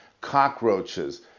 cockroaches